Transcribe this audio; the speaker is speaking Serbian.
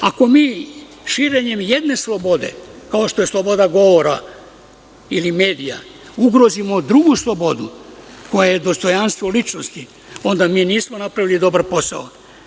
Ako mi širenjem jedne slobode, kao što je sloboda govora ili medija, ugrozimo drugu slobodu koja je dostojanstvo ličnosti, onda mi nismo napravili dobar posao.